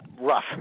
rough